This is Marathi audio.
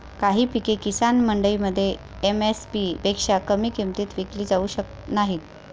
काही पिके किसान मंडईमध्ये एम.एस.पी पेक्षा कमी किमतीत विकली जाऊ शकत नाहीत